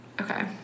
Okay